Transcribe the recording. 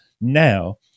now